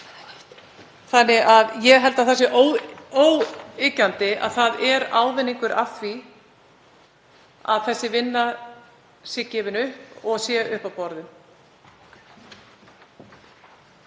Þannig að ég held að það sé óyggjandi að það sé ávinningur af því að þessi vinna sé gefin upp og sé uppi á borðum.